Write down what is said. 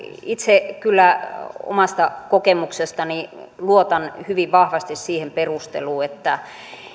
itse kyllä omasta kokemuksestani luotan hyvin vahvasti siihen perusteluun että